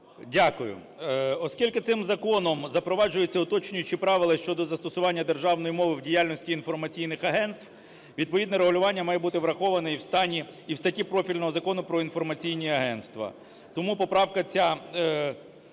Дякую. Оскільки цим законом запроваджуються уточнюючі правила щодо застосування державної мови в діяльності інформаційних агентств, відповідно регулювання має бути враховане і в стані, і в статті профільного Закону "Про інформаційні агентства", тому поправка ця